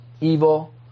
evil